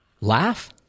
laugh